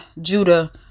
judah